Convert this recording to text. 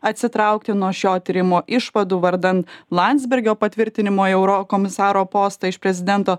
atsitraukti nuo šio tyrimo išvadų vardan landsbergio patvirtinimo į eurokomisaro postą iš prezidento